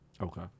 Okay